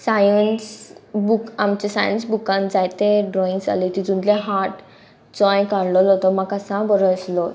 science book आमच्या science बुकान जायते ड्रॉइंग्स जाले तितूंतले हार्ट जो हांयें काडलोलो तो म्हाका साम बरो आसलो